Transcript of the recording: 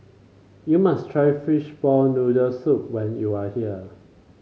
you must try Fishball Noodle Soup when you are here